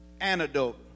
antidote